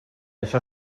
això